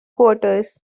quarters